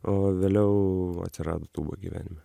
o vėliau atsirado tūba gyvenime